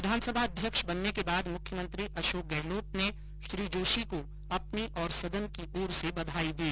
विधानसभा अध्यक्ष बनने के बाद मुख्यमंत्री अशोक गहलोत ने श्री जोशी को अपनी और सदन की ओर से बधाई दी